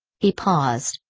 he paused.